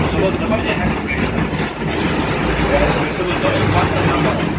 صُبحَس زٕ بَجے ہیٚکہٕ بہٕ کٔرِتھ حظ کیٛازِ مےٚ چھِ صُبحَس دۄیَو پتہٕ نمبَر اَتہِ